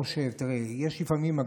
לפעמים,